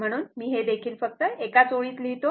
म्हणून मी हे देखील फक्त एकाच ओळीत लिहितो